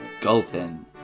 gulping